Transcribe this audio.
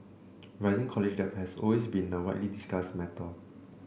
rising college debt has always been a widely discussed matter